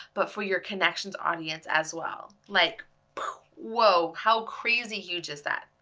but for your connections' audience as well. like whoa, how crazy huge is that?